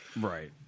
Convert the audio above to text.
Right